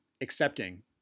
accepting